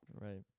Right